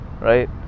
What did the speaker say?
Right